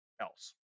else